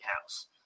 house